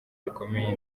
rikomeye